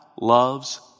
loves